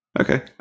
Okay